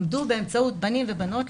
בינם ובנות,